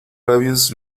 labios